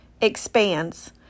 expands